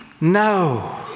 No